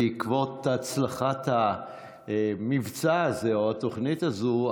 בעקבות הצלחת המבצע הזה או התוכנית הזאת,